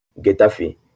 Getafe